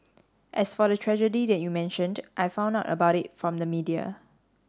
as for the tragedy that you mentioned I found out about it from the media